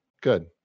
good